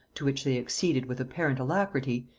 to which they acceded with apparent alacrity,